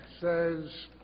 says